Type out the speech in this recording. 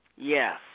Yes